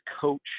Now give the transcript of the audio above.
coach